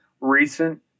recent